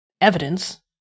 evidence